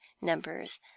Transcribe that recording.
numbers